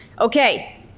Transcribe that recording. okay